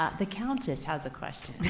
the countess has a question.